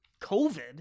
covid